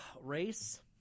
race